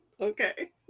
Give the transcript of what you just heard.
Okay